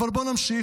אבל בואו נמשיך.